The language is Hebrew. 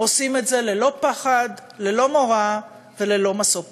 עושים את זה ללא פחד, ללא מורא וללא משוא פנים.